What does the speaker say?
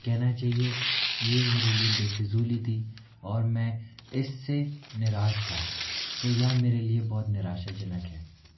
कहना चाहिए ये मेरे लिये बेफिज़ूली थी और मैं इससे निराश था तो यह मेरे लिए बहुत निराशाजनक है